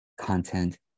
content